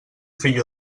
fill